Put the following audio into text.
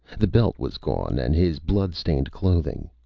the belt was gone, and his blood-stained clothing.